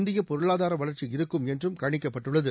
இந்திய பொருளாதார வளர்ச்சி இருக்கும் என்றும் கணிக்கப்பட்டுள்ளது